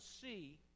see